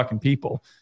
people